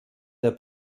der